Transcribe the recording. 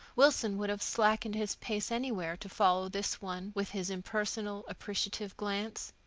wilson would have slackened his pace anywhere to follow this one with his impersonal, appreciative glance.